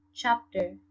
Chapter